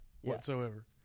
whatsoever